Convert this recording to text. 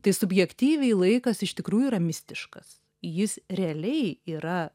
tai subjektyviai laikas iš tikrųjų yra mistiškas jis realiai yra